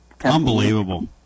Unbelievable